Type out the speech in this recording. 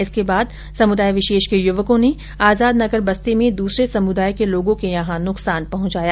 इसके बाद समुदाय विशेष के युवकों ने आजाद नगर बस्ती में दूसरे समुदायों के लोगों के यहां नुकसान पहुंचाया